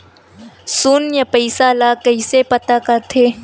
शून्य पईसा ला कइसे पता करथे?